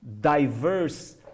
diverse